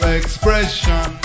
expression